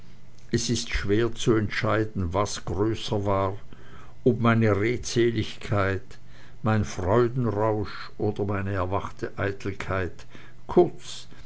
es ist schwer zu entscheiden was größer war ob meine redseligkeit mein freudenrausch oder meine erwachte eitelkeit kurz